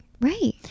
Right